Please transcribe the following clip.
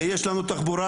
יש לנו תחבורה,